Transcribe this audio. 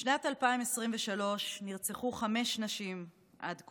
בשנת 2023 נרצחו חמש נשים עד כה.